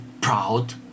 proud